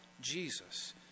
Jesus